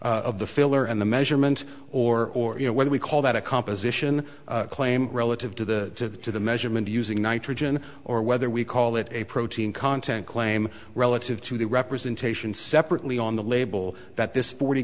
filler and the measurement or you know whether we call that a composition claim relative to the to the measurement using nitrogen or whether we call it a protein content claim relative to the representation separately on the label that this forty